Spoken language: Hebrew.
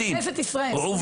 בכנסת ישראל.